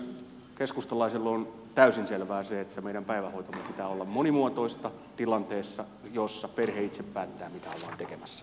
keskustalaisille on täysin selvää se että meidän päivähoitomme pitää olla monimuotoista tilanteessa jossa perhe itse päättää mitä ollaan tekemässä